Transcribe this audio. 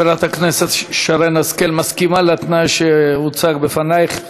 חברת הכנסת שרן השכל, מסכימה לתנאי שהוצג בפנייך?